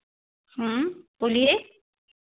बोलिए